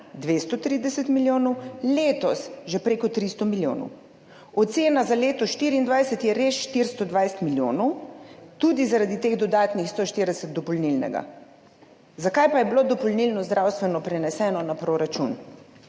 230 milijonov, letos že preko 300 milijonov. Ocena za leto 2024 je res 420 milijonov tudi zaradi teh dodatnih 140 milijonov dopolnilnega. Zakaj pa je bilo dopolnilno zdravstveno preneseno na proračun?